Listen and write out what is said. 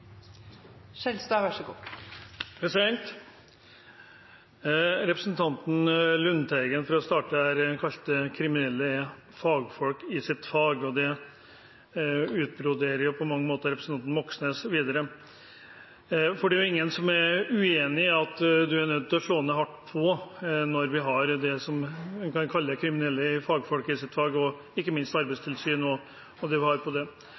Lundteigen – for å starte der – kalte kriminelle for «fagfolk i sitt fag», og det utbroderer på mange måter representanten Moxnes videre. Det er det ingen som er uenig i at en er nødt til å slå hardt ned på, når vi har det som vi kan kalle kriminelle fagfolk i sitt fag – ikke minst Arbeidstilsynet og andre. Men jeg kunne tenke meg å bore litt mer i det